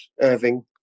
Irving